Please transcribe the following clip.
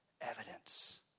evidence